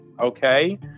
okay